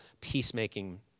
peacemaking